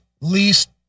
least